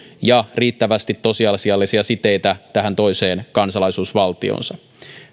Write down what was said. ja riittävästi tosiasiallisia siteitä tähän toiseen kansalaisuusvaltioonsa